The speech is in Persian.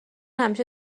همیشه